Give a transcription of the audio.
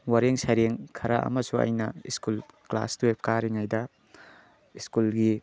ꯋꯥꯔꯦꯡ ꯁꯩꯔꯦꯡ ꯈꯔ ꯑꯃꯁꯨ ꯑꯩꯅ ꯏꯁꯀꯨꯜ ꯀ꯭ꯂꯥꯁ ꯇꯨꯌꯦꯜꯐ ꯀꯔꯤꯉꯩꯗ ꯁ꯭ꯀꯨꯜꯒꯤ